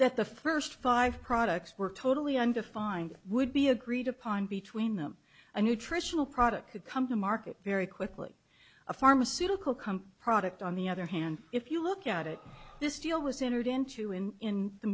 that the first five products were totally undefined would be agreed upon between them a nutritional product would come to market very quickly a pharmaceutical company product on the other hand if you look at it this deal was entered into in